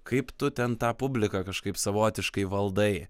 kaip tu ten tą publiką kažkaip savotiškai valdai